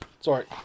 Sorry